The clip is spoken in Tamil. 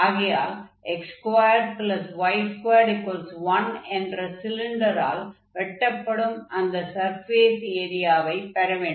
ஆகையால் x2y21 என்ற சிலிண்டரால் வெட்டப்படும் அந்த சர்ஃபேஸ் ஏரியவை பெற வேண்டும்